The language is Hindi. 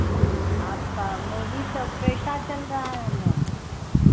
आपका मूवी सब कैसा चल रहा है मैम